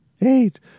Eight